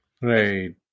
Right